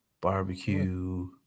Barbecue